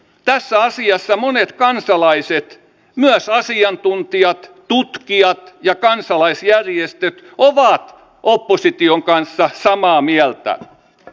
tässä asiassa monet kansalaiset ja myös asiantuntijat tutkijat ja kansalaisjärjestöt ovat opposition kanssa samaa mieltä